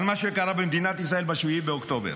במדינת ישראל ב-7 באוקטובר,